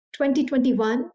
2021